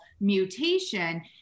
mutation